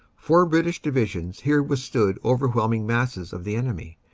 four british divisions here withstood overwhelming masses of the enemy,